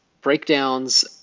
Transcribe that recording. breakdowns